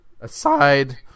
aside